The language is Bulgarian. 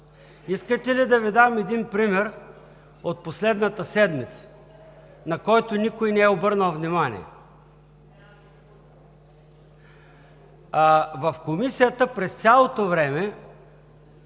Искате ли да Ви дам един пример от последната седмица, на който никой не е обърнал внимание? В Комисията през цялото време